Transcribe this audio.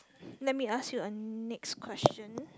let me ask you a next question